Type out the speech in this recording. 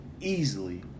easily